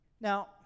Now